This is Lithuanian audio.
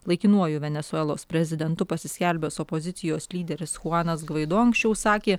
laikinuoju venesuelos prezidentu pasiskelbęs opozicijos lyderis chuanas gvaido anksčiau sakė